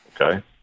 Okay